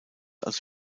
als